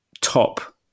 top